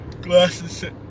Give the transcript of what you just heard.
glasses